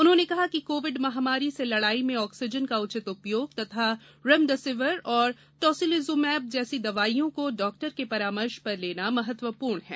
उन्होंने कहा कि कोविड महामारी से लडाई में ऑक्सीजन का उचित उपयोग तथा रेमडेसिविर और टोसिलिजुमैब जैसी दवाइयों को डॉक्टर के परामर्श पर लेना महत्वपूर्ण है